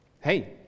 hey